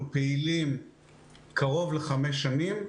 אנחנו פעילים קרוב לחמש שנים.